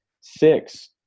Six